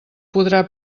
podrà